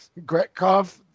Gretkov